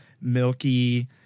milky